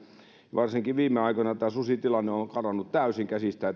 varsinkin viime aikoina tämä susitilanne on on karannut täysin käsistä